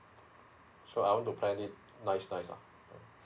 so I want to plan it nice nice ah